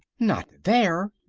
not there!